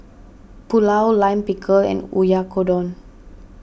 Pulao Lime Pickle and Oyakodon